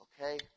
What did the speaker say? okay